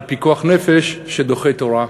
על פיקוח נפש שדוחה תורה,